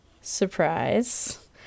Surprise